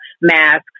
masks